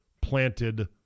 planted